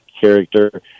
character